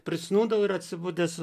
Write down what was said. prisnūdau ir atsibudęs